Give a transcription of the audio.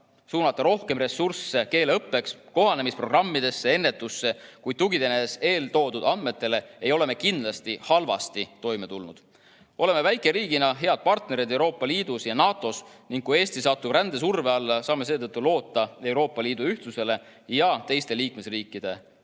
suunata rohkem ressursse keeleõppeks, kohanemisprogrammidesse, ennetusse, kuid tuginedes eeltoodud andmetele ei ole me kindlasti halvasti toime tulnud. Oleme väikeriigina head partnerid Euroopa Liidus ja NATO-s ning kui Eesti satub rändesurve alla, saame seetõttu loota Euroopa Liidu ühtsusele ja teiste liikmesriikide abile.